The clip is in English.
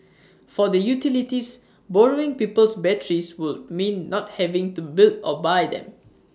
for the utilities borrowing people's batteries would mean not having to build or buy them